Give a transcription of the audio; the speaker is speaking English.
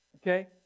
Okay